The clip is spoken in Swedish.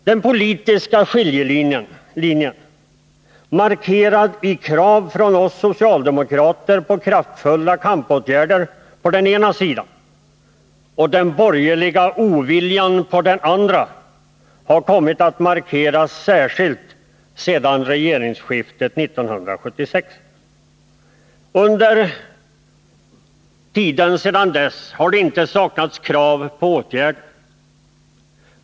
Den politiska skiljelinjen, markerad genom krav från oss socialdemokrater på kraftfulla kampåtgärder på den ena sidan och den borgerliga oviljan på den andra, har kommit att bli särskilt framträdande efter regeringsskiftet 1976. Under tiden sedan dess har det inte saknats krav på åtgärder.